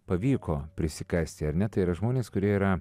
pavyko prisikasti ar ne tai yra žmonės kurie yra